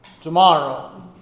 tomorrow